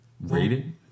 Rated